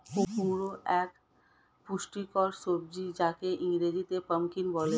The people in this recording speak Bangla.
কুমড়ো এক পুষ্টিকর সবজি যাকে ইংরেজিতে পাম্পকিন বলে